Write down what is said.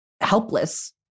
helpless